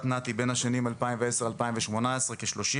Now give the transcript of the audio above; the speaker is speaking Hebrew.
נת"י בין השנים 2010 ל-2018 הוא כ-29%.